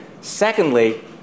Secondly